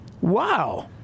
Wow